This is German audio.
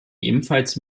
ebenfalls